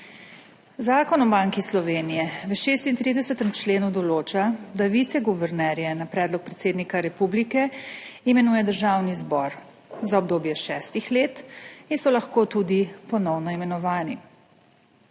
Zakon o Banki Slovenije v 36. členu določa, da viceguvernerje na predlog predsednika republike imenuje Državni zbor za obdobje šestih let in so lahko tudi ponovno imenovani.